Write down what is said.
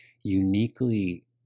uniquely